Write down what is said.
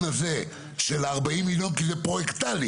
הזה של ה-40 מיליון כי זה פרויקטלי,